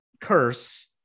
Curse